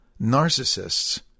narcissists